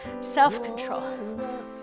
Self-control